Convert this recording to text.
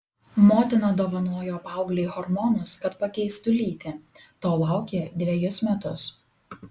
motina dovanojo paauglei hormonus kad pakeistų lytį to laukė dvejus metus